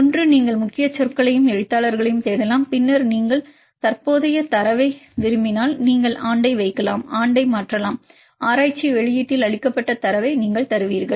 ஒன்று நீங்கள் முக்கிய சொற்களையும் எழுத்தாளர்களையும் தேடலாம் பின்னர் நீங்கள் தற்போதைய தரவை விரும்பினால் நீங்கள் ஆண்டை வைக்கலாம் ஆண்டை மாற்றலாம் ஆராய்ச்சி வெளியீட்டில் அளிக்கப்பட்ட தரவை நீங்கள் தருவீர்கள்